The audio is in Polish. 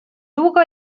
długo